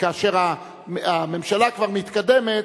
כאשר הממשלה כבר מתקדמת,